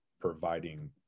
providing